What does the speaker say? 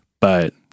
But-